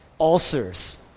ulcers